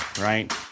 right